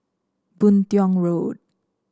Boon Tiong Road